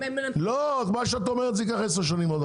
מה שאת אומרת זה ייקח עשר שנים.